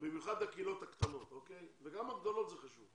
במיוחד הקהילות הקטנות אבל גם לגדולות זה חשוב.